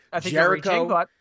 Jericho